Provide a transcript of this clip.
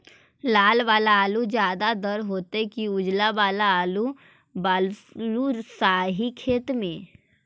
लाल वाला आलू ज्यादा दर होतै कि उजला वाला आलू बालुसाही खेत में?